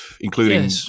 including